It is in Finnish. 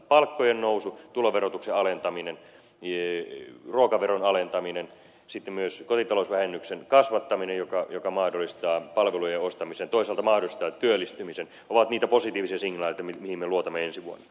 palkkojen nousu tuloverotuksen alentaminen ruokaveron alentaminen sitten myös kotitalousvähennyksen kasvattaminen joka mahdollistaa palvelujen ostamisen toisaalta mahdollistaa työllistymisen ovat niitä positiivisia signaaleja mihin me luotamme ensi vuonna